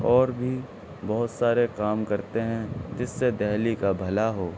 اور بھی بہت سارے کام کرتے ہیں جس سے دہلی کا بھلا ہو